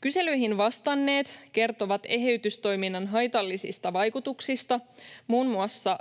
Kyselyihin vastanneet kertovat eheytystoiminnan haitallisista vaikutuksista muun muassa